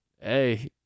hey